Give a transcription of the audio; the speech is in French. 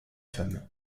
femme